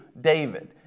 David